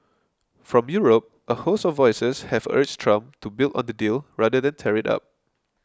from Europe a host of voices have urged Trump to build on the deal rather than tear it up